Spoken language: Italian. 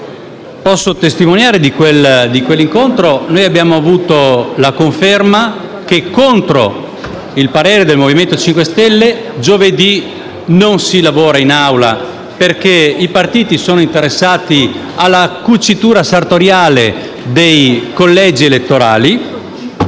posso testimoniare di quell'incontro, abbiamo avuto la conferma che, contro il parere del Movimento 5 Stelle, giovedì non si lavorerà in Assemblea, perché i partiti sono interessati alla cucitura sartoriale dei collegi elettorali,